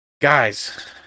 guys